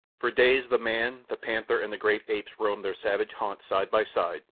for days the man, the panther, and the great apes roamed their savage haunts side by side,